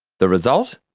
the result?